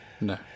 no